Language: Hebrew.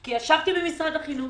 כי ישבתי במשרד החינוך,